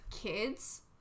kids